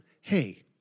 hey